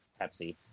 Pepsi